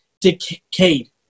decayed